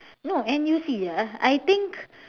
no and you see ah I think